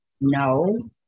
No